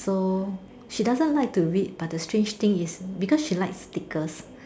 so she doesn't like to read but the strange thing is because she likes stickers